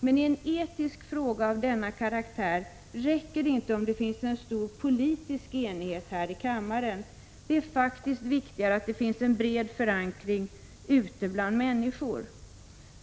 Men i en etisk fråga av denna karaktär räcker det inte om det bara finns en stor politisk enighet här i kammaren, det är faktiskt viktigare att det finns en bred förankring ute bland människorna.